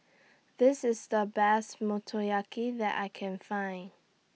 This IS The Best Motoyaki that I Can Find